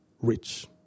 rich